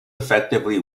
effectively